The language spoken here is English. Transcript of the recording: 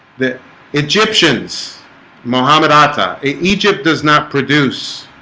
the egyptians mohammed atta, egypt does not produce